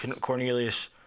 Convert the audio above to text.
Cornelius